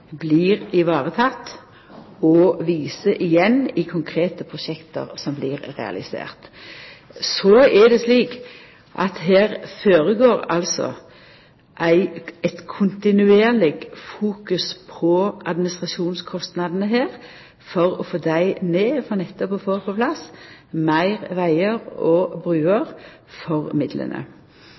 blir sikra og viser seg igjen i konkrete prosjekt som blir realiserte. Det er slik at det er eit kontinuerleg fokus på administrasjonskostnadene, på å få dei ned, nettopp for å få på plass fleire vegar og bruer for midlane.